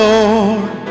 Lord